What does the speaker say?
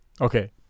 Okay